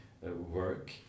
work